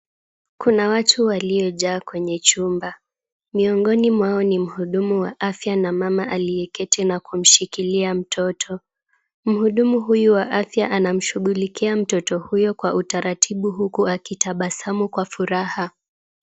Kuna watu waliojaa kwenye chumba. Miongoni mwao ni muhudumu wa afya na mama aliyeketi na kumshikilia mtoto. Muhudumu huyu wa afya anamshughulikia mtoto huyo kwa utaratibu huku akitabasamu kwa furaha.